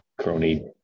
crony